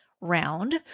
round